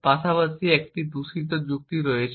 পাশাপাশি একটি দূষিত যুক্তি রয়েছে